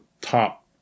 top